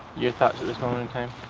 your thoughts at this moment in time?